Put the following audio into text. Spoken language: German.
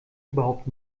überhaupt